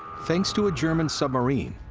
thanks to a german submarine,